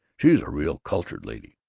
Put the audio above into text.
she's a real cultured lady.